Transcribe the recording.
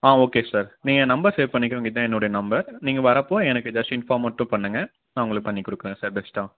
ஆ okay sir நீங்கள் ஏன் number save பண்ணிக்கோங்க இதுதான் என்னோடைய நம்பர் நீங்கள் வர்றப்போ எனக்கு ஜஸ்ட்டு இன்ஃபார்ம் மட்டும் பண்ணுங்கள் நான் உங்களுக்கு பண்ணிக் கொடுக்கறேன் சார் பெஸ்ட்டா